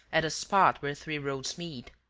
at a spot where three roads meet.